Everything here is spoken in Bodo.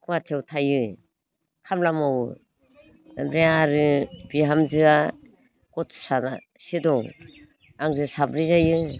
गुवाहाटीयाव थायो खामला मावो ओमफ्राय आरो बिहामजोआ गथ' सासे दं आंजों साब्रै जायो